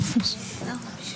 יופי.